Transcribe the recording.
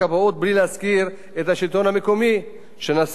שנשא את מערך הכבאות על כתפיו עד כה,